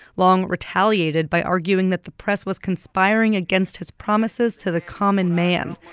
long retaliated by arguing that the press was conspiring against his promises to the common man.